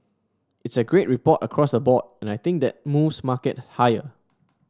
it's a great report across the board and I think that moves market higher